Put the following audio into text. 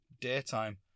daytime